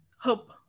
hope